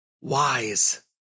wise